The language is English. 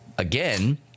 Again